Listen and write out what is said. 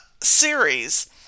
series